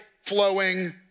flowing